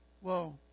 Whoa